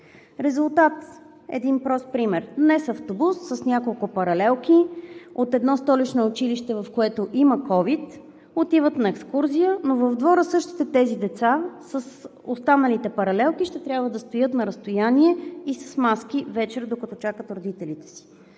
Резултат. Един прост пример: днес автобус с няколко паралелки от едно столично училище, в което има COVID-19, отиват на екскурзия, но в двора същите тези с останалите паралелки ще трябва да стоят на разстояние и с маски вечер, докато чакат родителите си.